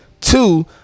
two